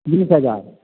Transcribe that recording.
बीस हजार